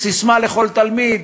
"ססמה לכל תלמיד"